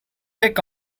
take